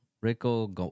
Rico